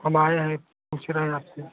हम आए हैं पूछ रहें आपसे